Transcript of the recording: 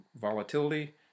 volatility